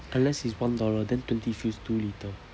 unless it's one dollar then twenty feels too little